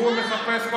הוא לא מחפש,